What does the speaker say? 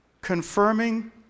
confirming